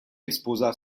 exposa